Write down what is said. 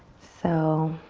so